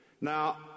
Now